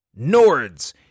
Nords